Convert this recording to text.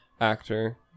actor